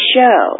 Show